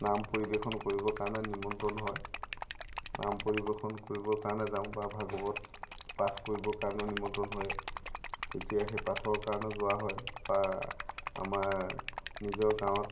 নাম পৰিৱেশন কৰিবৰ কাৰণে নিমন্ত্ৰণ হয় নাম পৰিৱেশন কৰিবৰ কাৰণে যাওঁ বা ভাগৱত পাঠ কৰিবৰ কাৰণে নিমন্ত্ৰণ হয় তেতিয়া সেই পাঠৰ কাৰণে যোৱা হয় বা আমাৰ নিজৰ গাঁৱত